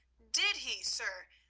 did he, sir?